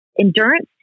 Endurance